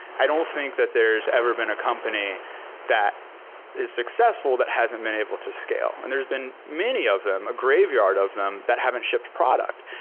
i don't think that there's ever been a company that is successful that hasn't been able to scale, and there's been many of them, a graveyard of them, that haven't shipped product.